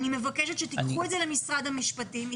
אני מבקשת שתיקחו את זה למשרד המשפטים,